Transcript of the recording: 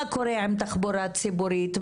מה קורה עם תחבורה ציבורית,